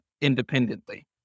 independently